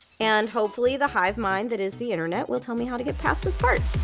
and hopefully the hivemind that is the internet will tell me how to get past this part.